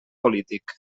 polític